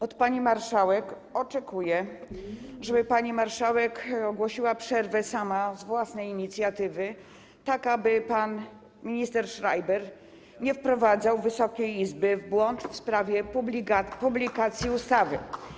Od pani marszałek oczekuję, żeby pani marszałek ogłosiła przerwę sama, z własnej inicjatywy, tak aby pan minister Schreiber nie wprowadzał Wysokiej Izby w błąd w sprawie publikacji ustawy.